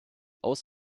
aus